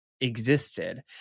existed